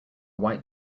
white